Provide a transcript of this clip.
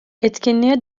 etkinliğe